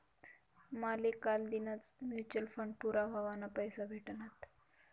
माले कालदीनच mutual fund पूरा व्हवाना पैसा भेटनात